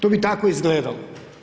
To bi tako izgledalo.